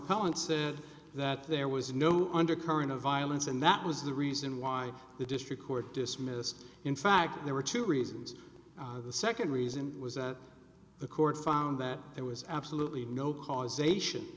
propellent said that there was no undercurrent of violence and that was the reason why the district court dismissed in fact there were two reasons the second reason was that the court found that there was absolutely no causation